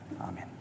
Amen